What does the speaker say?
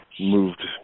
moved